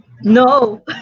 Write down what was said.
No